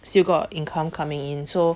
still got income coming in so